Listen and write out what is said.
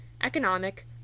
economic